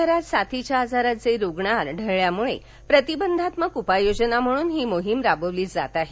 शहरात साथीच्या आजाराचे रुग्ण आढळल्यामुळे प्रतिबंधात्मक उपाययोजना म्हणून ही मोहीम राबवली जात आहे